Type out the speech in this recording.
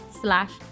slash